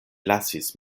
lasis